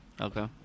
Okay